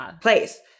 place